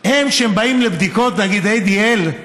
כשהם באים לבדיקות, נגיד ADL,